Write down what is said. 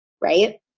right